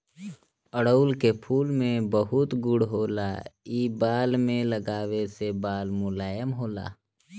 अढ़ऊल के फूल में बहुत गुण होला इ बाल में लगावे से बाल मुलायम होला